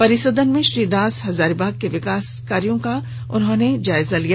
परिसदन में श्री दास हजारीबाग के विकास कार्यों का जायजा लिया